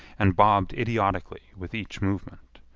and bobbed idiotically with each movement.